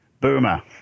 Boomer